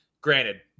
granted